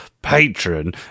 patron